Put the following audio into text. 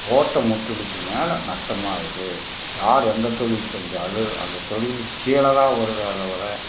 போட்ட முட்டுலிக்கு மேல் நஷ்டமாகுது யார் எந்த தொழில் செஞ்சாலும் அந்த தொழிலு கீழே தான் வருதே தவிர